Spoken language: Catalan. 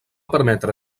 permetre